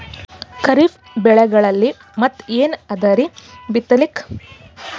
ಖರೀಫ್ ಬೆಳೆಗಳಲ್ಲಿ ಮತ್ ಏನ್ ಅದರೀ ಬಿತ್ತಲಿಕ್?